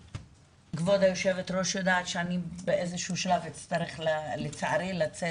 כבוד יושבת הראש יודעת שאני באיזשהו שלב אצטרך לצערי לצאת.